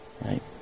Right